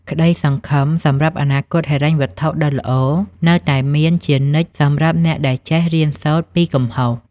ក្តីសង្ឃឹមសម្រាប់អនាគតហិរញ្ញវត្ថុដ៏ល្អ នៅតែមានជានិច្ចសម្រាប់អ្នកដែលចេះរៀនសូត្រពីកំហុស។